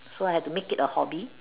so I have to make it a hobby